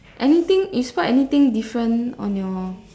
anything you spot anything different on your